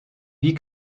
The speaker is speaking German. wie